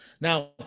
Now